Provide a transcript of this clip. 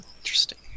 Interesting